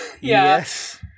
Yes